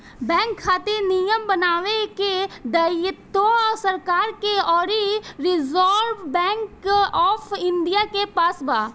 bank खातिर नियम बनावे के दायित्व सरकार के अउरी रिजर्व बैंक ऑफ इंडिया के पास बा